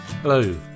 Hello